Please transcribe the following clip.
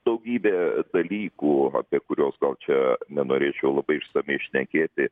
daugybė dalykų apie kuriuos gal čia nenorėčiau labai išsamiai šnekėti